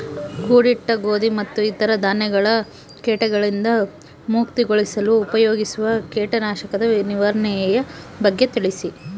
ಕೂಡಿಟ್ಟ ಗೋಧಿ ಮತ್ತು ಇತರ ಧಾನ್ಯಗಳ ಕೇಟಗಳಿಂದ ಮುಕ್ತಿಗೊಳಿಸಲು ಉಪಯೋಗಿಸುವ ಕೇಟನಾಶಕದ ನಿರ್ವಹಣೆಯ ಬಗ್ಗೆ ತಿಳಿಸಿ?